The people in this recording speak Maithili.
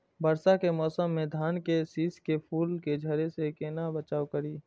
वर्षा के मौसम में धान के शिश के फुल के झड़े से केना बचाव करी?